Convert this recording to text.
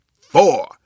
four